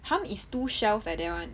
hum is two shells like that [one]